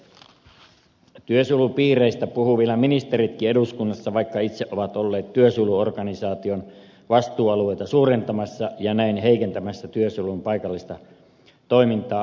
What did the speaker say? työsuojelupiireistä puhuvat ministeritkin vielä eduskunnassa vaikka itse ovat olleet työsuojeluorganisaation vastuualueita suurentamassa ja näin heikentämässä työsuojelun paikallista toimintaa harvaanasutuilla seuduilla